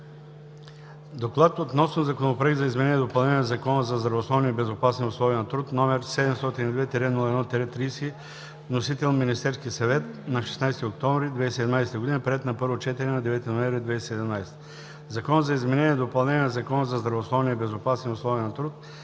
„Доклад относно Законопроект за изменение и допълнение на Закона за здравословни и безопасни условия на труд, № 702-01-30, вносител – Министерския съвет, на 16 октомври 2017 г., приет на първо четене на 9 ноември 2017 г. „Закон за изменение и допълнение на Закона за здравословни и безопасни условия на труд“.“